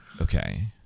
okay